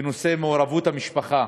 בנושא מעורבות המשפחה